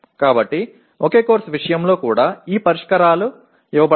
కాబట్టి ఒకే కోర్సు విషయంలో కూడా ఈ పరిష్కారాలు ఇవ్వబడతాయి